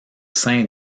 sein